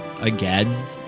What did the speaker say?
again